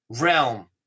realm